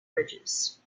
ridges